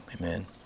Amen